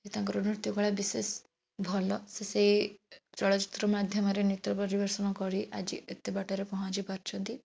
ତାଙ୍କର ନୃତ୍ୟକଳା ବିଶେଷ ଭଲ ସେ ସେଇ ଚଳଚ୍ଚିତ୍ର ମାଧ୍ୟମରେ ନୃତ୍ୟ ପରିବେଷଣ କରି ଆଜି ଏତେ ବାଟରେ ପହଞ୍ଚି ପାରିଛନ୍ତି